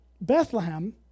Bethlehem